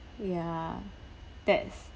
ya that's